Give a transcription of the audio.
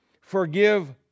forgive